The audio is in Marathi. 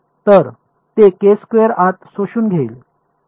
तर ते आत शोषून घेईल